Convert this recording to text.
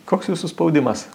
koks jūsų spaudimas